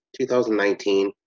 2019